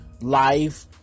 life